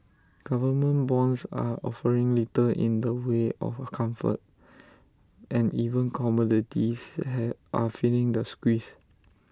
government bonds are offering little in the way of comfort and even commodities have are feeling the squeeze